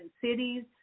cities